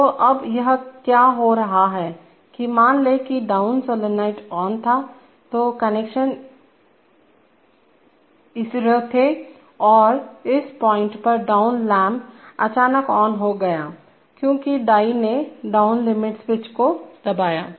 तो अब यह क्या हो रहा है कि मान ले की डाउन सोलेनाइड ऑन था तो कनेक्शन इसरो थे और इस पॉइंट पर डाउन लैंप अचानक ऑन हो गया क्योंकि डाई ने डाउन लिमिट स्विच को दबाया